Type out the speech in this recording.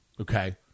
Okay